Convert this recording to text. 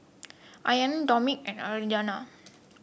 Alaina Dominik and Adria